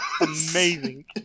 Amazing